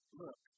look